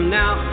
now